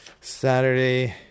Saturday